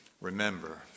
remember